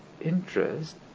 interest